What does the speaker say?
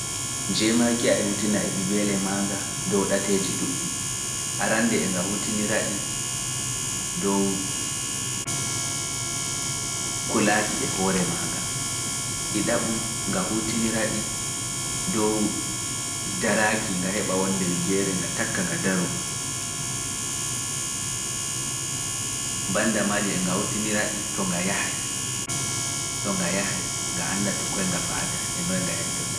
Njeemaagiyaa e hutina e bibele maanga dow ɗateeji ɗuuɗɗi, arande e nga hutinira ɗi dow kulaaki e hoore maanga, ɗiɗaɓum nga hutinira ɗi to nga yahay nga annda to koy nga fa'ata e noy nga yahirta, kadi e nga hutiniradi nga takka nga daro.